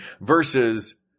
versus